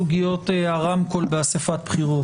סוגיות הרמקול באסיפת בחירות,